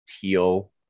teal